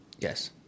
yes